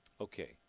Okay